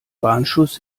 warnschuss